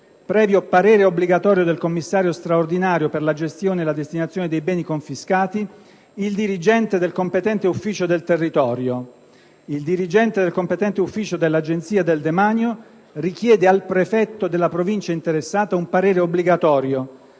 previo parere obbligatorio del Commissario straordinario per la gestione e la destinazione dei beni confiscati, il dirigente del competente ufficio del territorio... Il dirigente del competente ufficio dell'Agenzia del demanio richiede al prefetto della provincia interessata un parere obbligatorio,